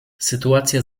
sytuacja